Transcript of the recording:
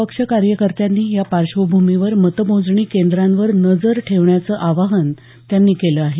पक्ष कार्यकर्त्यांनी या पार्श्वभूमीवर मतमोजणी केंद्रांवर नजर ठेवण्याचं आवाहन त्यांनी केलं आहे